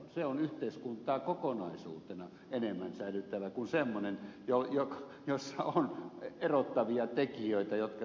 se on yhteiskuntaa kokonaisuutena enemmän säilyttävä kuin semmoinen jossa on erottavia tekijöitä jotka sitten puhuttavat ihmisiä